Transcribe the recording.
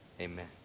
Amen